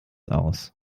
aus